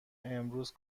امروز